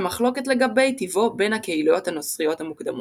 מחלוקת לגבי טיבו בין הקהילות הנוצריות המוקדמות.